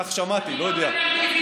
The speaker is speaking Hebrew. כך שמעתי, לא יודע.